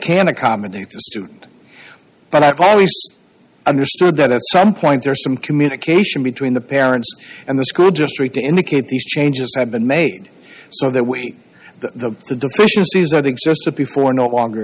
can accommodate the student but i've always understood that at some point there are some communication between the parents and the school district to indicate these changes have been made so that we the the deficiencies that existed before not longer